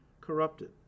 corrupted